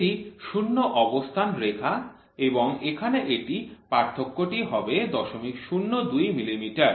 এটি শূন্য অবস্থান রেখা এবং এখানে এই পার্থক্যটি হবে ০০২ মিলিমিটার